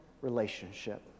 relationship